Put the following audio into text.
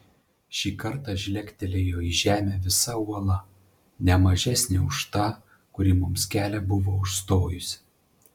šį kartą žlegtelėjo į žemę visa uola ne mažesnė už tą kuri mums kelią buvo užstojusi